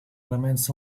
elements